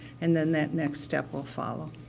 and then that next step will follow.